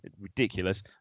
ridiculous